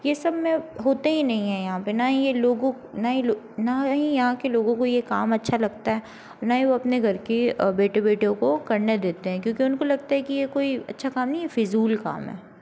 ये सब में होते ही नही है यहाँ पे ना ही ये लोगों ना ही लो ना ही यहाँ के लोगों को ये काम अच्छा लगता है ना ही वो अपने घर के बेटे बेटियों को करने देते हैं क्योंकि उनको लगता है कि ये कोई अच्छा काम नहीं है फ़िज़ूल काम है